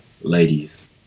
ladies